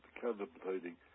contemplating